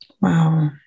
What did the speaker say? Wow